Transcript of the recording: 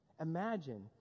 imagine